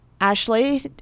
Ashley